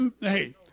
Hey